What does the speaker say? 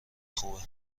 خوبه